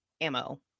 ammo